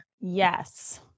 Yes